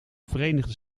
verenigde